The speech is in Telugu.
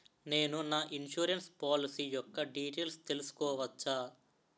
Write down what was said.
నేను నా ఇన్సురెన్స్ పోలసీ యెక్క డీటైల్స్ తెల్సుకోవచ్చా?